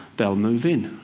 they'll move in.